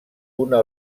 una